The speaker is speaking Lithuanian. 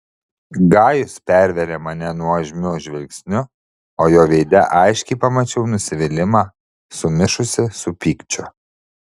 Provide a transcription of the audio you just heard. gajus pervėrė mane nuožmiu žvilgsniu o jo veide aiškiai pamačiau nusivylimą sumišusį su pykčiu